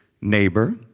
neighbor